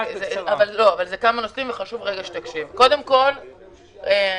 קודם כול,